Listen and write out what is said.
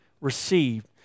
received